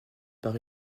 par